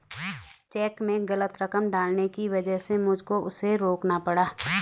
check में गलत रकम डालने की वजह से मुझको उसे रोकना पड़ा